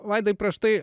vaidai prieš tai